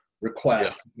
request